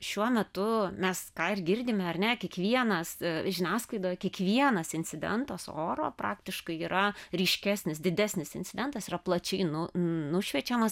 šiuo metu mes ką ir girdime ar ne kiekvienas žiniasklaidoj kiekvienas incidentas oro praktiškai yra ryškesnis didesnis incidentas yra plačiai nu nušviečiamas